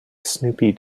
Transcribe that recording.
snoopy